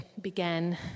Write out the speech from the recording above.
began